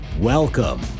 welcome